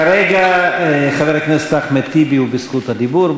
כרגע חבר הכנסת אחמד טיבי בזכות הדיבור.